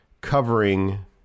covering